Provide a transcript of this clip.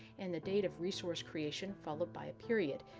and the date of resource creation followed by a period.